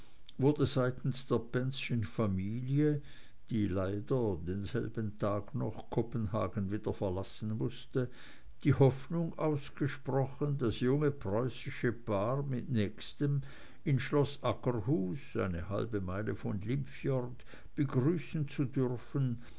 wurde seitens der penzschen familie die leider denselben tag noch kopenhagen wieder verlassen mußte die hoffnung ausgesprochen das junge preußische paar mit nächstem in schloß aggerhuus eine halbe meile vom limfjord begrüßen zu dürfen